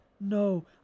No